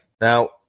Now